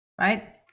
right